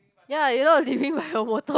ya you know I was living by a motto